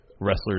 wrestlers